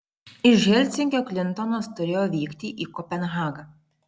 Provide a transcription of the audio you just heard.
iš helsinkio klintonas turėjo vykti į kopenhagą